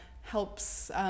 helps